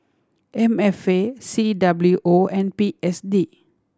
M F A C W O and P S D